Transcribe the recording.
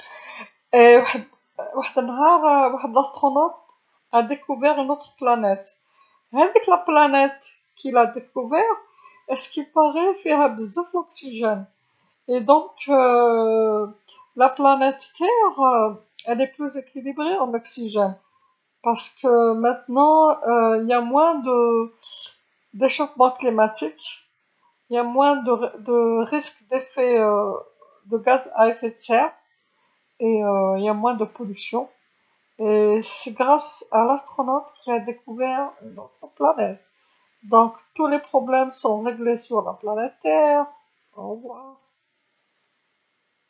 وحد وحد النهار وحد اكتشف رائد فضاء كوكبًا آخر، هداك الكوكب الذي اكتشفه مايظهر عليه فيها بزاف الأكسجين، إذن كوكب الأرض غير متزن في الأكسجين، لأن الآن هناك انخفاض في الاحتباس الحراري وانخفاض في مخاطر الغازات الدفيئة، وهناك تلوث أقل، وذلك بفضل رائد الفضاء الذي اكتشف الكوكب إذن حلت جميع المشاكل على الأرض، إلى اللقاء.